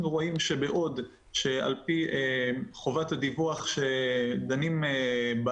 אנחנו רואים שבעוד שעל פי חובת הדיווח שדנים בה